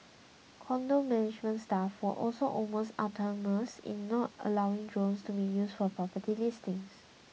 condo management staff were also almost in not allowing drones to be used for property listings